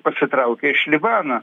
pasitraukia iš libano